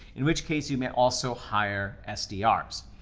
in which case you may also hire sdrs.